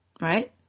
right